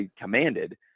commanded